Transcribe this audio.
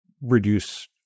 reduce